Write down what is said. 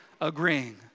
agreeing